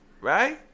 Right